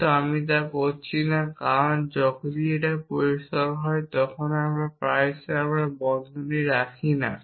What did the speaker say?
কিন্তু আমি তা করছি না কারণ যখন এটি পরিষ্কার হয় তখন আমরা প্রায়শই আমরা বন্ধনী রাখি না